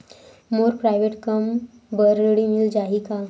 मोर private कम बर ऋण मिल जाही का?